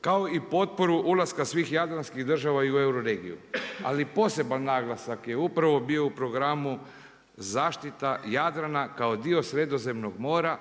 kao i potporu ulaska svih jadranskih država i u euroregiju. Ali poseban naglasak je upravo bio u programu zaštita Jadrana kao dio Sredozemnog mora.